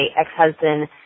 ex-husband